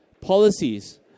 Policies